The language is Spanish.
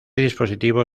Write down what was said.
dispositivo